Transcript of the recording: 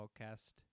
podcast